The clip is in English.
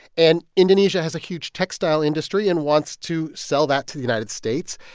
and indonesia has a huge textile industry and wants to sell that to the united states.